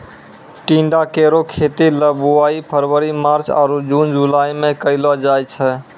टिंडा केरो खेती ल बुआई फरवरी मार्च आरु जून जुलाई में कयलो जाय छै